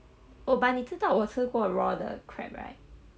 oh but 你知道我吃过 raw 的 crab right